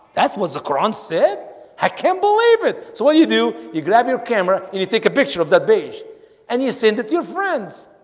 that was the quran said i can't believe it so what you do you grab your camera and you take a picture of that beige and you send it to your friends?